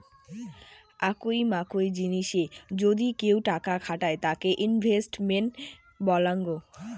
আকুই মাকুই জিনিসে যদি কেউ টাকা খাটায় তাকে ইনভেস্টমেন্ট বলাঙ্গ